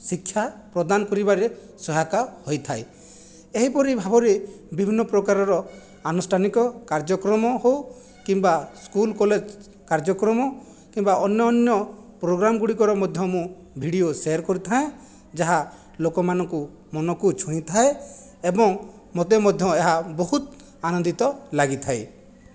ଶିକ୍ଷା ପ୍ରଦାନ କରିବାରେ ସହାୟକ ହୋଇଥାଏ ଏହିପରି ଭାବରେ ବିଭିନ୍ନ ପ୍ରକାରର ଆନୁଷ୍ଠାନିକ କାର୍ଯ୍ୟକ୍ରମ ହେଉ କିମ୍ବା ସ୍କୁଲ କଲେଜ କାର୍ଯ୍ୟକ୍ରମ କିମ୍ବା ଅନ୍ୟ ଅନ୍ୟ ପ୍ରୋଗ୍ରାମ ଗୁଡ଼ିକର ମଧ୍ୟ ମୁଁ ଭିଡ଼ିଓ ସେୟାର କରିଥାଏ ଯାହା ଲୋକମାନଙ୍କୁ ମନକୁ ଛୁଇଁଥାଏ ଏବଂ ମୋତେ ମଧ୍ୟ ଏହା ବହୁତ ଆନନ୍ଦିତ ଲାଗିଥାଏ